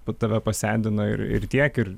nu tave pasendina ir ir tiek ir